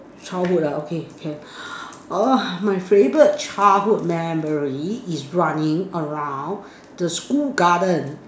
childhood ah okay can uh my favourite childhood memory is running around the school garden